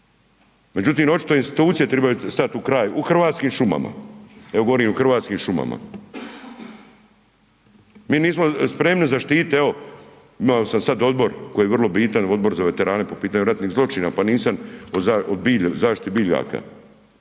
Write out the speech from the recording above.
međutim očito institucije trebaju stati u kraj u Hrvatskim šumama, evo govorim o hrvatskim šumama. Mi nismo spremni zaštiti, evo imao sam sad odbor koji je vrlo bitan, Odbor za veterane po pitanju ratnih zločina pa nisam o bilju, zaštiti biljaka.